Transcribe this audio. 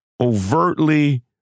overtly